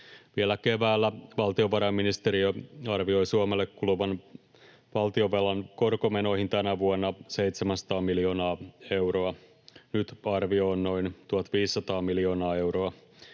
Vielä keväällä valtiovarainministeriö arvioi Suomella kuluvan valtionvelan korkomenoihin tänä vuonna 700 miljoonaa euroa. Nyt arvio on noin 1 500 miljoonaa euroa.